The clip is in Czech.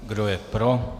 Kdo je pro?